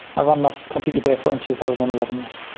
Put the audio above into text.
i ran that completely barefoot in two thousand and eleven, yes.